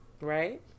Right